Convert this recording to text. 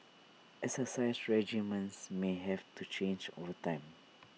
exercise regimens may have to change over time